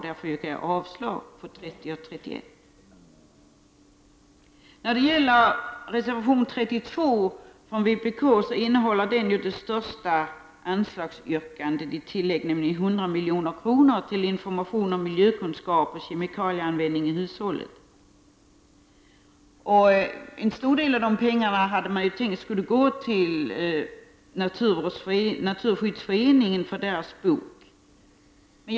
Därför yrkar jag avslag på reservationerna 30 och 31. T reservation 32 från vpk yrkas på den största anslagsökningen, nämligen 100 milj.kr. till information om miljökunskap och kemikalieanvändning i hushållen. En stor del av de pengarna är det då tänkt skulle gå till Naturskyddsföreningen för spridning av boken Handla miljövänligt.